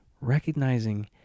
recognizing